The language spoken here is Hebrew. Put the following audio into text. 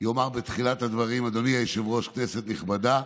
יאמר בתחילת הדברים: אדוני היושב-ראש, כנסת נכבדה.